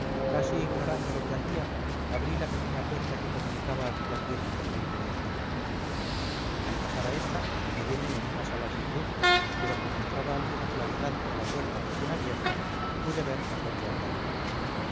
casi ignorando lo que hacía abrí la pequeña puerta que comunicaba aquella pieza con la inmediata al pasar a esta halleme en una sala sin luz pero como entraba alguna claridad por la puerta recién abierta pude ver por dónde andaba